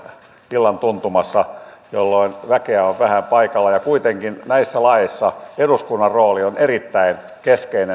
illan tuntumassa jolloin väkeä on vähän paikalla ja kuitenkin näissä laeissa myöskin niitten toteuttamisessa eduskunnan rooli on erittäin keskeinen